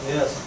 Yes